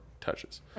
touches